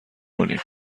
کنیم